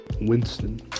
Winston